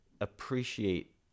appreciate